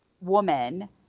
woman